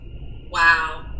Wow